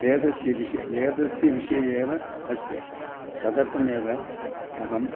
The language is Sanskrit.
वेदस्य विषये वेदस्य विषये एव अस्ति तदर्थमेव अहम्